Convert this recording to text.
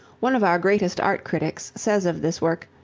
one of our greatest art critics says of this work,